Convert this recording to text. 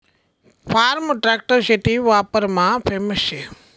form tractor शेती वापरमा famous शे